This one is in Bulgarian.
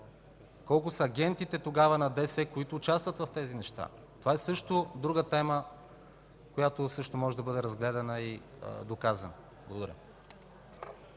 Колко са агентите тогава на ДС, които участват в тези неща? Това е друга тема, която също може да бъде разгледана и доказана. Благодаря.